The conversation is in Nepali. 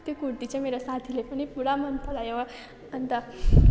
त्यो कुर्ती चाहिँ मेरो साथीले पनि पुरा मनपरायो अन्त